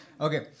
Okay